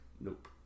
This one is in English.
Nope